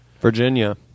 Virginia